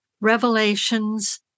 Revelations